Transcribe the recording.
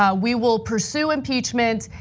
yeah we will pursue impeachment,